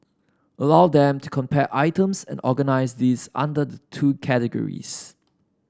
allow them to compare items and organise these under the two categories